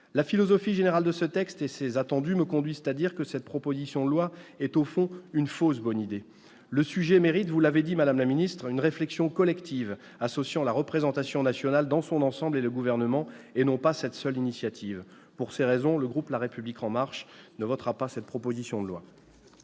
La philosophie générale de ce texte et ses attendus me conduisent à dire que cette proposition de loi est, au fond, une fausse bonne idée. Vous l'avez dit, madame la secrétaire d'État, le sujet mérite une réflexion collective associant la représentation nationale dans son ensemble et le Gouvernement, et non pas cette seule initiative. Pour ces raisons, le groupe La République En Marche ne votera pas cette proposition de loi.